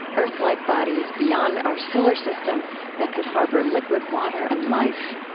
earth-like bodies beyond our solar system that could harbor liquid water and life.